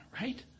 right